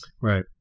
Right